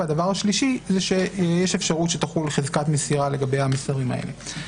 והדבר השלישי זה שיש אפשרות שתחול חזקת מסירה לגבי המסרים האלה.